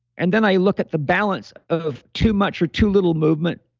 and then i look at the balance of too much or too little movement,